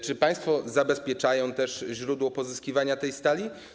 Czy państwo zabezpieczają też źródło pozyskiwania stali?